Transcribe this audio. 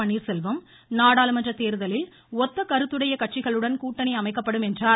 பன்னீர்செல்வம் நாடாளுமன்ற தேர்தலில் ஒத்த கருத்துடைய கட்சிகளுடன் கூட்டணி அமைக்கப்படும் என்றார்